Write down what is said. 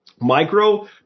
Micro